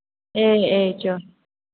ꯑꯦ ꯑꯦ ꯆꯣ